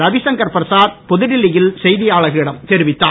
ரவிசச்கர் பிரசாத் புதுடெல்லியில் செய்தியாளர்களிடம் தெரிவித்தார்